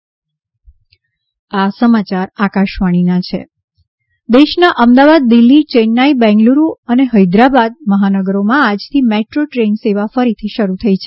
metro train દેશના અમદાવાદ દિલ્હી ચેન્નાઇ બેંગલુરૂ અને હૈદરાબાદ મહાનગરોમાં આજથી મેટ્રો ટ્રેન સેવા ફરી શરૂ થઈ છે